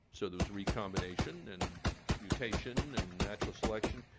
so there was recombination, and mutation, and natural selection.